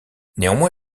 néanmoins